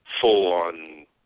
full-on